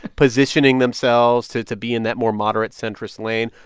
positioning themselves to to be in that more moderate, centrist lane.